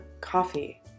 coffee